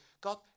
God